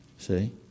See